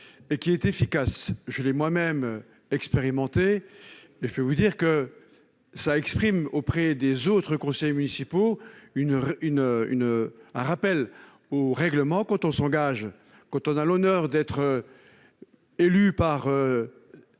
et qui est efficace, je l'ai moi-même expérimenté, mais je peux vous dire que ça exprime auprès des autres conseillers municipaux une une une un rappel au règlement, quand on s'engage quand on a l'honneur d'être élu par